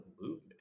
movement